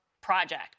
project